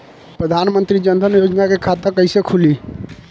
प्रधान मंत्री जनधन योजना के खाता कैसे खुली?